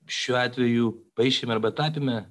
šiuo atveju paišyme arba tapyme